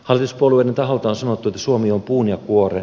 hasis pullin taholta sanottu suomi on puun ja kuoren